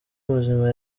muzima